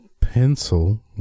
pencil